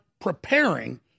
preparing